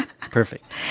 Perfect